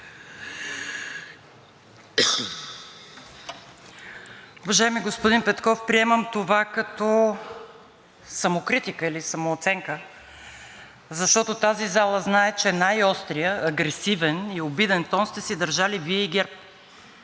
Уважаеми господин Петков, приемам това като самокритика или самооценка, защото тази зала знае, че най-острият, агресивен и обиден тон сте си държали Вие и ГЕРБ.